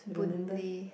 Boon-Lay